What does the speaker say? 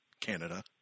Canada